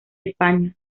españa